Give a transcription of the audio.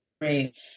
great